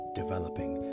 developing